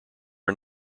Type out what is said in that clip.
are